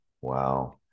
wow